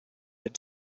had